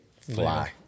fly